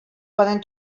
poden